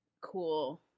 cool